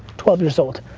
twelve years old.